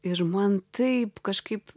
ir man taip kažkaip